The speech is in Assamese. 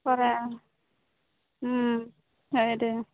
হয় দে